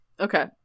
Okay